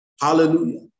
hallelujah